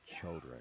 children